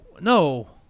no